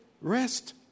rest